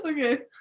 okay